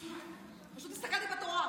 פשוט הסתכלתי בתורה.